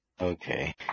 Okay